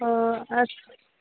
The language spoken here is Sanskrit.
ओ अस्तु